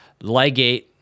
ligate